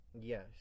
Yes